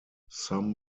some